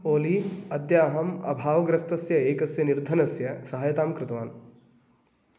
ओली अद्य अहम् अभाव ग्रस्तस्य एकस्य निर्धनस्य सहायतां कृतवान्